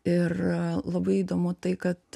ir labai įdomu tai kad